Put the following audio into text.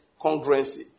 congruency